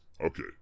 Okay